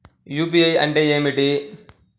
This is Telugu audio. యూ.పీ.ఐ అంటే ఏమిటీ?